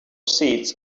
seats